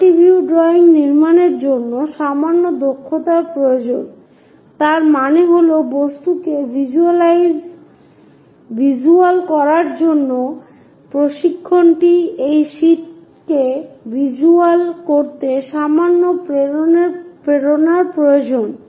multi view drawing নির্মাণের জন্য সামান্য দক্ষতার প্রয়োজন যার মানে হল বস্তুকে ভিজ্যুয়াল করার জন্য প্রশিক্ষণটি সেই শীটকে ভিজ্যুয়াল করতে সামান্য প্রেরণার প্রয়োজন